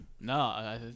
No